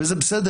וזה בסדר.